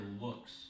looks